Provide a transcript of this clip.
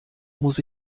muss